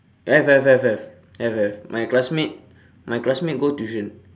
have have have have have have my classmate my classmate go tuition